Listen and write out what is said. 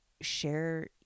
share